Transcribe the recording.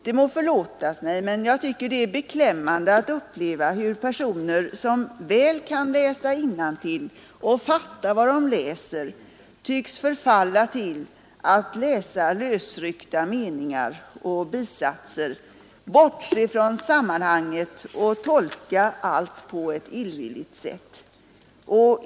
Det må förlåtas mig, men jag tycker det är beklämmande att uppleva hur personer, som väl kan läsa innantill och fatta vad de läser, tycks förfalla till att läsa lösryckta meningar och bisatser, bortse från sammanhanget och tolka allt på ett illvilligt sätt.